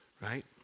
right